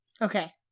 Okay